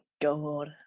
God